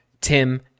Tim